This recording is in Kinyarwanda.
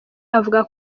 avuga